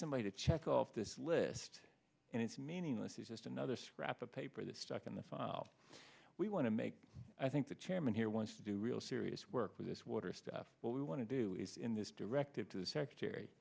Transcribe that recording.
somebody to check off this list and it's meaningless it's just another scrap of paper that's stuck in the file we want to make i think the chairman here wants to do real serious work with this water stuff what we want to do is in this directive to the secretary